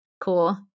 cool